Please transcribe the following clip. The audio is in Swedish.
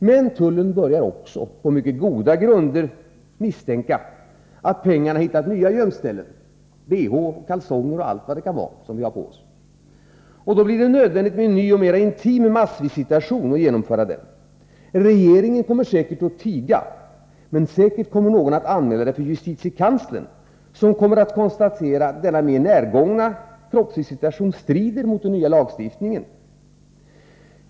Men tullen börjar också, på mycket goda grunder, misstänka att pengarna hittat nya gömställen — behå, kalsonger och allt vad vi kan ha på oss. Då blir det nödvändigt att genomföra en ny och mera intim massvisitation. Regeringen kommer säkert att tiga, men säkert kommer någon att anmäla detta för justitiekanslern, som kommer att konstatera att denna mera närgångna kroppsvisitation strider mot den nya lagstiftningen.